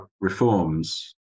reforms